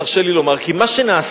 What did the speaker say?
תרשה לי לומר כי מה שנעשה,